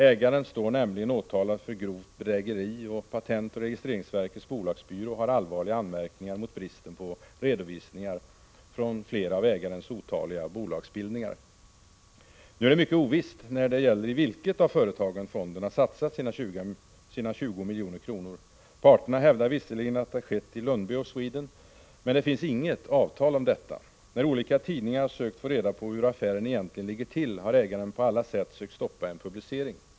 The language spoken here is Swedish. Ägaren står nämligen åtalad för grovt bedrägeri, och patentoch registreringsverkets bolagsbyrå har allvarliga anmärkningar mot bristen på redovisningar från flera av ägarens otaliga bolagsbildningar. Nu är det mycket ovisst i vilket av företagen fonden har satsat sina 20 miljoner. Parterna hävdar visserligen att det skett i Lundby of Sweden. Men det finns inget avtal om detta. När olika tidningar sökt få reda på hur affären egentligen ligger till, har ägaren på alla sätt sökt stoppa en publicering.